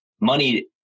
money